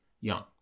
young